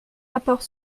rapport